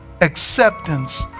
acceptance